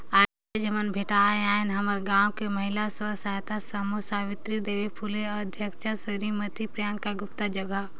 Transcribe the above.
आयज हमन भेटाय आय हन हमर गांव के महिला स्व सहायता समूह सवित्री देवी फूले अध्यक्छता सिरीमती प्रियंका गुप्ता जघा